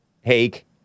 hake